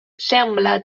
semblen